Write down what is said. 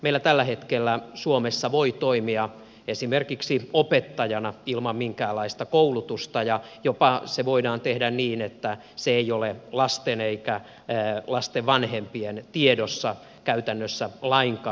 meillä tällä hetkellä suomessa voi toimia esimerkiksi opettajana ilman minkäänlaista koulutusta ja se voidaan jopa tehdä niin että se ei ole lasten eikä lasten vanhempien tiedossa käytännössä lainkaan